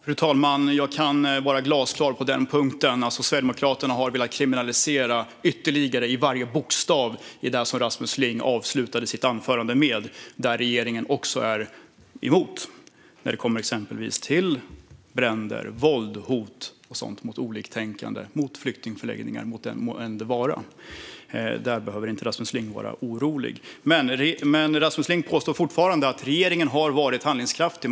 Fru talman! Jag kan vara glasklar på den punkten: Sverigedemokraterna har velat kriminalisera ytterligare, i varje bokstav, i det som Rasmus Ling avslutade sitt anförande med. Regeringen har varit emot, exempelvis när det kommit till bränder, våld och hot mot oliktänkande, mot flyktingförläggningar och mot vem det än må vara. Där behöver inte Rasmus Ling vara orolig. Rasmus Ling påstår fortfarande att regeringen har varit handlingskraftig.